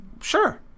sure